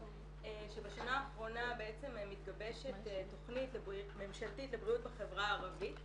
שבשנה האחרונה מתגבשת תכנית ממשלתית לבריאות בחברה הערבית.